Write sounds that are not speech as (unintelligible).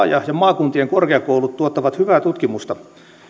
(unintelligible) ja maakuntien korkeakoulut tuottavat hyvää tutkimusta